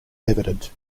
evident